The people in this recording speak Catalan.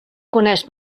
coneix